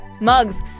mugs